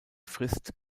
frist